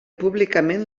públicament